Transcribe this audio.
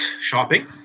shopping